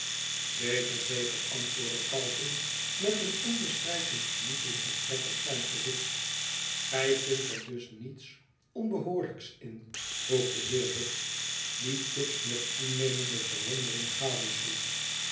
zeker zeker antwoordde calton met een onbeschryfelijk genoeglijken trek op zijn gezicht gij vindt er dus niets onbehooriijks in vroeg de heer hicks die tibbs met toenemende verwondering